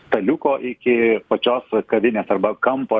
staliuko iki pačios kavinės arba kampo